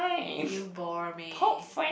you bored me